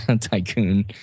tycoon